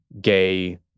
gay